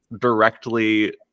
directly